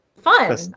fun